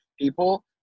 people